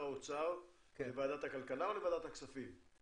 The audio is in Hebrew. האוצר לוועדת הכלכלה או לוועדת הכספים?